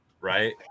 right